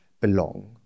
belong